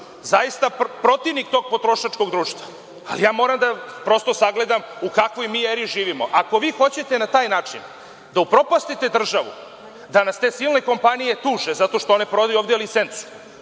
zaista protivnik tog potrošačkog društva, ali ja moram prosto da sagledam u kakvoj eri mi živimo. Ako vi hoćete na taj način da upropastite državu, da nas te silne kompanije tuže zato što one prodaju ovde licencu